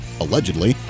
allegedly